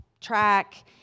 track